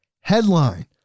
headline